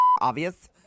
obvious